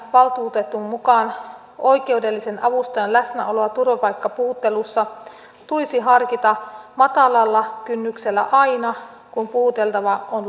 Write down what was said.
lapsiasiavaltuutetun mukaan oikeudellisen avustajan läsnäoloa turvapaikkapuhuttelussa tulisi harkita matalalla kynnyksellä aina kun puhuteltava on lapsi